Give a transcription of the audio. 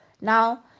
Now